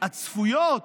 הצפויות